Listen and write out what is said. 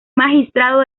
magistrado